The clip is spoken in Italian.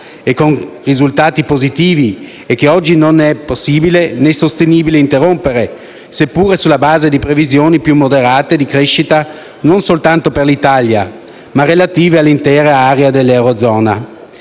e con risultati positivi e che oggi non è né possibile né sostenibile interrompere, seppure sulla base di previsioni più moderate di crescita non soltanto per l'Italia, ma relative all'intera area dell'eurozona.